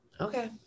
Okay